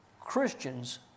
Christians